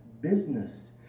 business